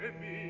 and me